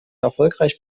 erfolgreich